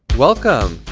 welcome!